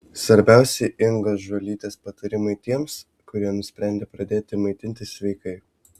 svarbiausi ingos žuolytės patarimai tiems kurie nusprendė pradėti maitintis sveikai